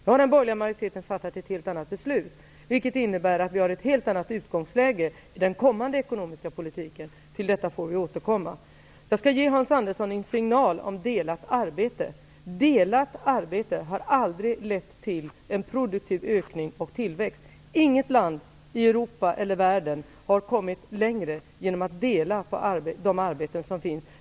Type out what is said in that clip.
Nu har den borgerliga majoriteten fattat ett helt annat beslut, vilket gör att vi har ett annat utgångsläge i den kommande ekonomiska politiken. Till detta får vi återkomma. Jag skall ge Hans Andersson en signal om delat arbete. Delat arbete har aldrig lett till produktiv ökning och tillväxt. Inget annat land i Europa och i världen har kommit längre när det gäller att dela på de arbeten som finns.